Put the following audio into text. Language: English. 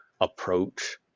approach